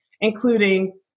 including